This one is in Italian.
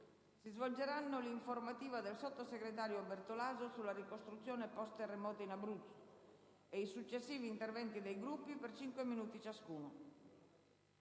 si svolgeranno l'informativa del sottosegretario Bertolaso sulla ricostruzione post-terremoto in Abruzzo e i successivi interventi dei Gruppi per 5 minuti ciascuno.